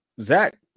Zach